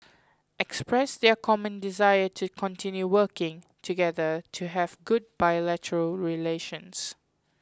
expressed their common desire to continue working together to have good bilateral relations